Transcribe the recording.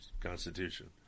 constitution